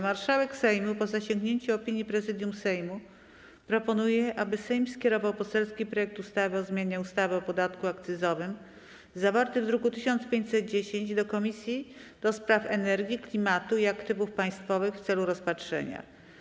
Marszałek Sejmu, po zasięgnięciu opinii Prezydium Sejmu, proponuje, aby Sejm skierował poselski projekt ustawy o zmianie ustawy o podatku akcyzowym, zawarty w druku nr 1510, do Komisji do Spraw Energii, Klimatu i Aktywów Państwowych w celu rozpatrzenia.